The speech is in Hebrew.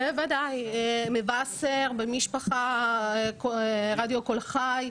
בוודאי, 'מבשר', 'במשפחה', רדיו כל חי.